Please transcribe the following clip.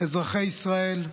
אזרחי ישראל,